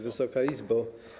Wysoka Izbo!